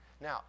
Now